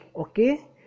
Okay